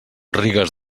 rigues